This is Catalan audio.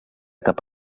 cap